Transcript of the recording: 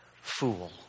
fool